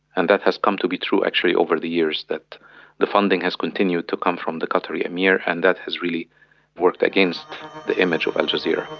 and that has come to be true actually over the years, that the funding has continued to come from the qatari emir and that has really worked against the image of al jazeera.